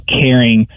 caring